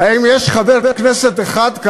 האם יש חבר כנסת אחד,